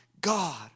God